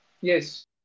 Yes